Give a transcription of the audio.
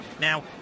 Now